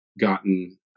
gotten